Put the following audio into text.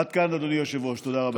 עד כאן אדוני היושב-ראש, תודה.